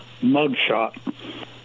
mugshot